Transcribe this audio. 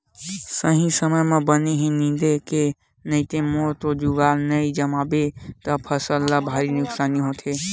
सही समे म बन ल निंदे के नइते मारे के जुगाड़ नइ जमाबे त फसल ल भारी नुकसानी होथे